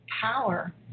power